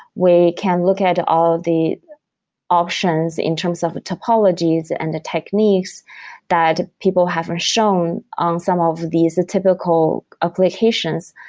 we can look at all the options in terms of topologies and the techniques that people have ah shown on some of these typical applications,